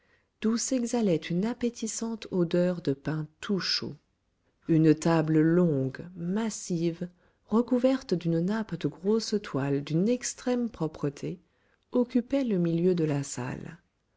d'où s'exhalait une appétissante odeur de pain tout chaud une table longue massive recouverte d'une nappe de grosse toile d'une extrême propreté occupait le milieu de la salle